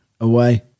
away